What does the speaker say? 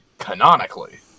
canonically